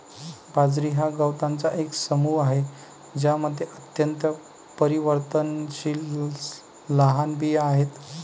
बाजरी हा गवतांचा एक समूह आहे ज्यामध्ये अत्यंत परिवर्तनशील लहान बिया आहेत